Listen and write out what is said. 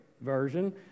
version